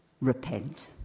Repent